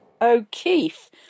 O'Keefe